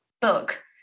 Book